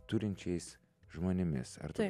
turinčiais žmonėmis ar tu